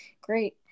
great